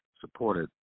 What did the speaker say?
supported